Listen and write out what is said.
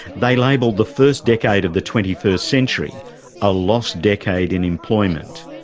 they labelled the first decade of the twenty first century a lost decade in employment.